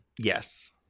Yes